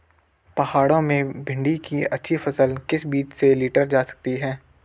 पहाड़ों में भिन्डी की अच्छी फसल किस बीज से लीटर जा सकती है?